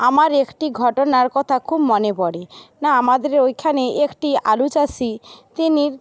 আমার একটি ঘটনার কথা খুব মনে পড়ে না আমাদের ওইখানে একটি আলুচাষি তিনি